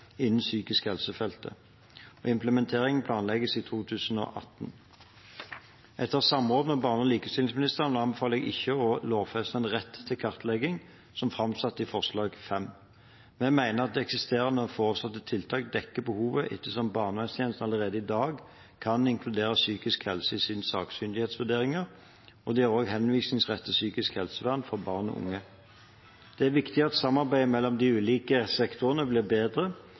innen psykisk helse-feltet. Implementering planlegges i 2018. Etter samråd med barne- og likestillingsministeren anbefaler jeg ikke å lovfeste en rett til kartlegging, som framsatt i forslag nr. 5. Vi mener at eksisterende og foreslåtte tiltak dekker behovet ettersom barnevernstjenesten allerede i dag kan inkludere psykisk helse i sine sakkyndighetsvurderinger, og de har også henvisningsrett til psykisk helsevern for barn og unge. Det er viktig at samarbeidet mellom de ulike sektorene blir bedre,